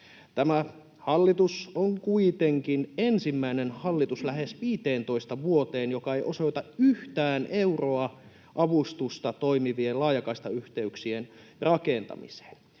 Tämä hallitus on kuitenkin ensimmäinen hallitus lähes 15 vuoteen, joka ei osoita yhtään euroa avustusta toimivien laajakaistayhteyksien rakentamiseen.